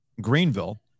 Greenville